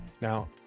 Now